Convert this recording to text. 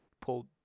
pulled